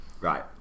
Right